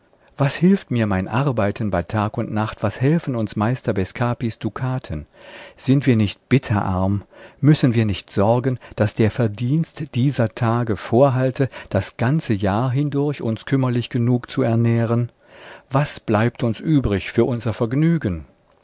was hilft mir mein arbeiten bei tag und nacht was helfen uns meister bescapis dukaten sind wir nicht bitterarm müssen wir nicht sorgen daß der verdienst dieser tage vorhalte das ganze jahr hindurch uns kümmerlich genug zu ernähren was bleibt uns übrig für unser vergnügen